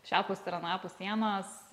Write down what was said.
šiapus ir anapus sienos